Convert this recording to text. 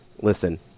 Listen